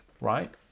right